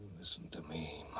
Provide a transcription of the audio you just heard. listen to me,